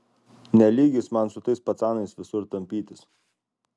ne lygis man su tais pacanais visur tampytis